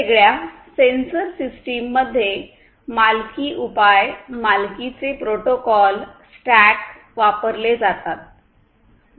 वेगवेगळ्या sensor system मध्ये मालकी उपाय मालकीचे प्रोटोकॉल स्टॅक वापरले जातात